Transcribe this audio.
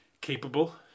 capable